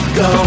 go